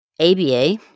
ABA